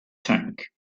tank